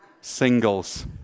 singles